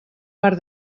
bar